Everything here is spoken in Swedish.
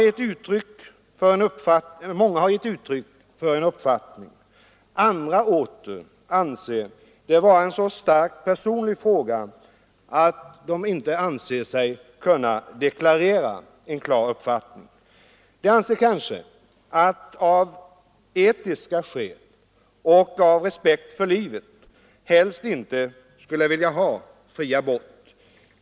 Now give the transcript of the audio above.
Flertalet har gett uttryck för en uppfattning, andra åter anser den vara en så starkt personlig fråga att de inte finner sig kunna deklarera en klar uppfattning. De känner kanske att de av etiska skäl och av respekt för livet helst inte skulle vilja ha fri abort.